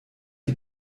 die